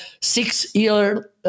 six-year